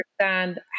understand